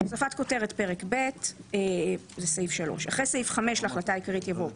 הוספת כותרת פרק ב' 3. אחרי סעיף 5 להחלטה העיקרית יבוא: